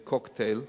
"קוקטייל",